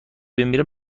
بمیره